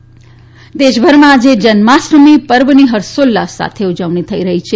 જન્માષ્ટમી દેશભરમાં આજે જન્માષ્ટમી પર્વની ફર્ષોલ્લાસ સાથે ઉજવણી થઇ રહી છે